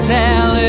tell